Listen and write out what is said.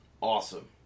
awesome